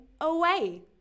away